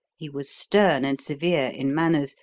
he was stern and severe in manners,